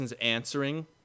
answering